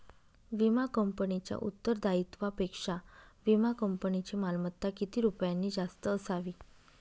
विमा कंपनीच्या उत्तरदायित्वापेक्षा विमा कंपनीची मालमत्ता किती रुपयांनी जास्त असावी?